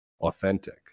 authentic